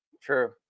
True